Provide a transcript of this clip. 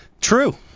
True